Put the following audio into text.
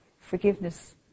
forgiveness